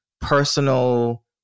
personal